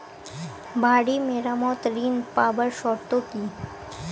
বাড়ি মেরামত ঋন পাবার শর্ত কি?